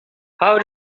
how